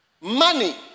money